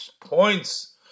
points